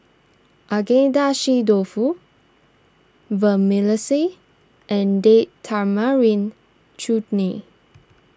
Agedashi Dofu Vermicelli and Date Tamarind Chutney